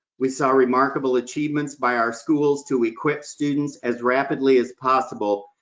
we saw remarkable achievements by our schools to equip students as rapidly as possible,